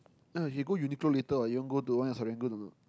uh he go Uniqlo later ah you want go to one at Serangoon or not